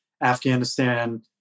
Afghanistan